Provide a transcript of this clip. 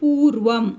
पूर्वम्